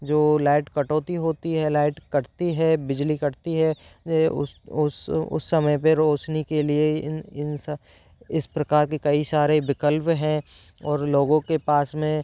जो लाइट कटौती होती है लाइट कटती है बिजली कटती है उस उस समय पर रौशनी के लिए इन इस प्रकार की कई सारे विकल्प है और लोगों के पास में